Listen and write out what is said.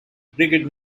brigade